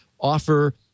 offer